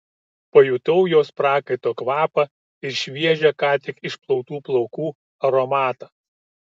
pajutau jos prakaito kvapą ir šviežią ką tik išplautų plaukų aromatą